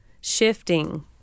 shifting